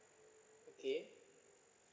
okay